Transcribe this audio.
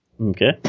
Okay